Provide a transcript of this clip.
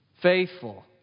Faithful